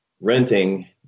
renting